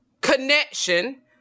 Connection